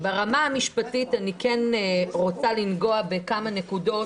ברמה המשפטית אני כן רוצה לנגוע בכמה נקודות.